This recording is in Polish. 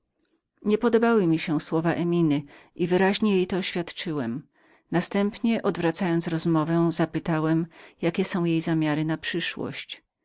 nie podobały mi się te słowa eminy i wyraźnie jej to oświadczyłem następnie zwracając rozmowę zapytałem jakie są jej zamiary na przyszłość